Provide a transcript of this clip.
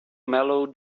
mellow